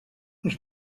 els